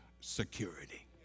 security